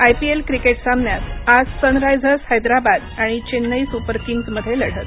I P L cricket सामन्यात आज Sunrisers Hyderabad आणि चेन्नई सुपर किंग्समध्ये लढत